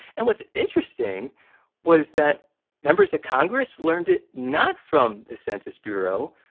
and what's interesting was that members of congress learned it not from the census bureau,